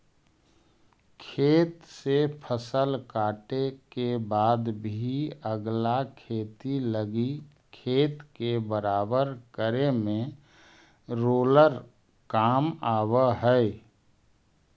खेत से फसल काटे के बाद भी अगला खेती लगी खेत के बराबर करे में रोलर काम आवऽ हई